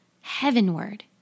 Heavenward